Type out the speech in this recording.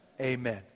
Amen